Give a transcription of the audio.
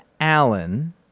Allen